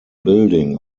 building